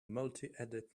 multiedit